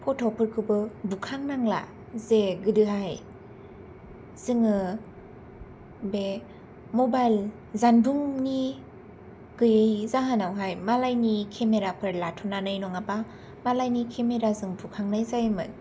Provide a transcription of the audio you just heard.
फट'फोरखौबो बुखांनांला जे गोदोहाय जोङो बे मबाइल जानबुंनि गोयै जाहोनावहाय मालायनि केमेराफोर लाथ'नानै नङाबा मालायनि केमेराजों बुखांनाय जायोमोन